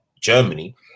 Germany